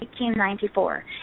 1894